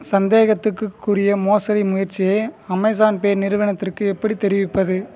சந்தேகத்துக்கு உரிய மோசடி முயற்சியை அமேஸான் பே நிறுவனத்திற்கு எப்படி தெரிவிப்பது